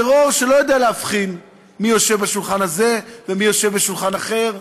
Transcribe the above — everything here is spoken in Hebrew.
הוא טרור שלא יודע להבחין מי יושב בשולחן הזה ומי יושב בשולחן אחר.